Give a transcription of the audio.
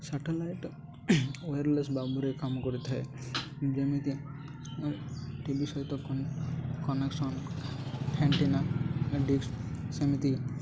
satellite wireless ଭାବରେ କାମ କରିଥାଏ ଯେମିତି ଟି ଭି ସହିତ କନେକ୍ସନ୍ ଆଣ୍ଟିନା ଡିସ୍ ସେମିତି